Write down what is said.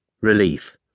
Relief